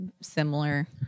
similar